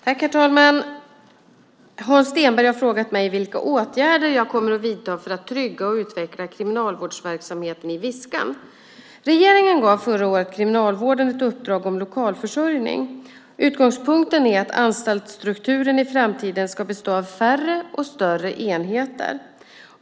Herr talman! Hans Stenberg har frågat mig vilka åtgärder jag kommer att vidta för att trygga och utveckla kriminalvårdsverksamheten i Viskan. Regeringen gav förra året Kriminalvården ett uppdrag om lokalförsörjning. Utgångspunkten är att anstaltsstrukturen i framtiden ska bestå av färre och större enheter.